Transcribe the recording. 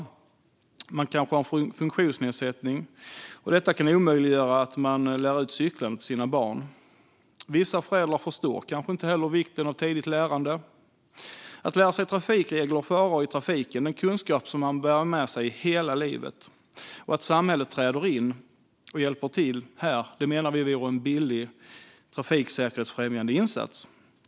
Någon kanske har en funktionsnedsättning som gör det omöjligt att lära ut cyklande till barnen, och vissa föräldrar förstår kanske inte vikten av tidigt lärande. Kunskap om trafikregler och faror i trafiken är något man bär med sig hela livet, och att samhället träder in och hjälper till här menar vi vore en billig trafiksäkerhetsfrämjande insats.